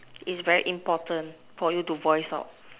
it's very important for you to voice out